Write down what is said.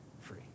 free